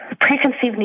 preconceived